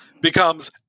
becomes